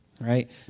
right